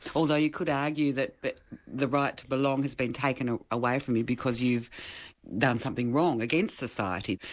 although you could argue that the right to belong has been taken ah away from you because you've done something wrong against society.